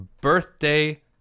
Birthday